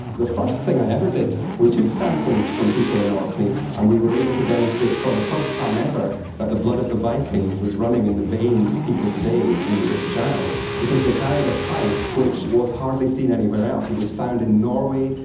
the first thing i ever did, we took samples from people in orkney and we were able to demonstrate for the first time ever that the blood of the vikings was running in the veins of people today in the british isles because they carried a type which was hardly seen anywhere else. it was found in norway,